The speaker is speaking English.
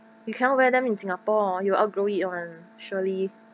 you cannot wear them in singapore you'll outgrow it [one] surely